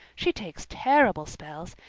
she takes terrible spells.